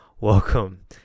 welcome